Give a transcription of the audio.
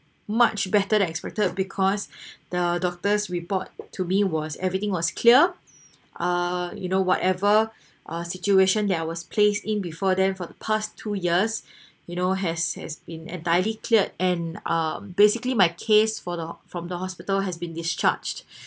much better than expected because the doctors report to me was everything was clear ah you know whatever ah situation that I was placed in before then for the past two years you know has has been entirely cleared and uh basically my case for the from the hospital has been discharged